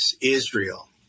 Israel